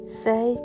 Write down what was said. say